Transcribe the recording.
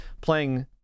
playing